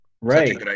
Right